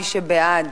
מי שבעד